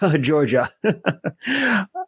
Georgia